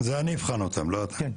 זה אני אבחן אותם, לא אתה.